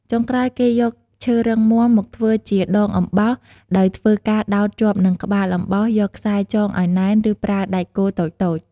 ចុងក្រោយគេយកឈើរឹងមាំ មកធ្វើជាដងអំបោស ដោយធ្វើការដោតជាប់និងក្បាលអំបោសយកខ្សែចងឲ្យណែន ឬប្រើដែកគោលតូចៗ